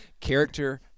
Character